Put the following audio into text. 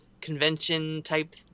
convention-type